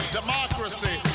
democracy